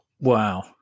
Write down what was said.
Wow